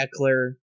Eckler